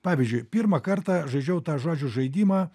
pavyzdžiui pirmą kartą žaidžiau tą žodžių žaidimą